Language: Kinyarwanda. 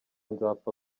nzapfa